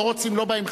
לא רוצים לא באים.